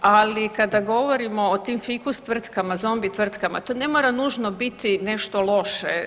Ali kada govorimo o tim fikus tvrtkama, zombi tvrtkama, to ne mora nužno biti nešto loše.